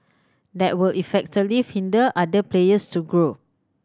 that will effectively hinder other players to grow